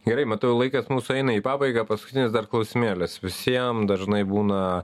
gerai matau laikas mūsų eina į pabaigą paskutinis dar klausimėlis visiem dažnai būna